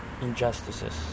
injustices